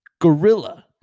gorilla